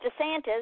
DeSantis